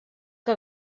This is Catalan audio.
que